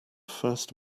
first